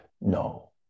No